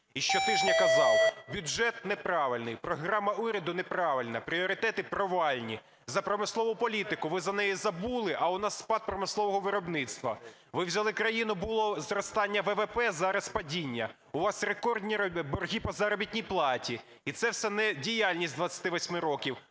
і щотижня казав: "Бюджет неправильний, програма уряду неправильна, пріоритети провальні". За промислову політику. Ви за неї забули, а у нас спад промислового виробництва. Ви взяли країну, було зростання ВВП, зараз падіння. У вас рекордні борги по заробітній платі, і це все не діяльність 28 років,